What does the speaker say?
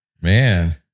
Man